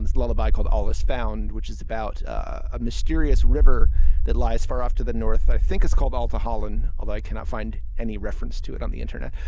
lullaby called all this found, which is about a mysterious river that lies far off to the north. i think it's called alpha holon, although i cannot find any reference to it on the internet.